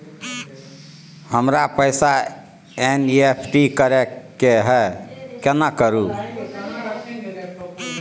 हमरा पैसा एन.ई.एफ.टी करे के है केना करू?